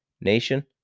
Nation